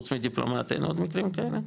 חוץ מדיפלומט, אין עוד מקרים כאלה?